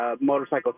motorcycle